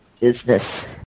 business